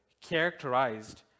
characterized